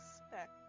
expect